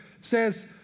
says